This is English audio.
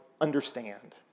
understand